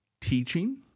teaching